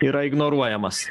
yra ignoruojamas